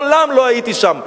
מעולם לא הייתי שם.